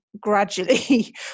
gradually